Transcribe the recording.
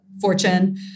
fortune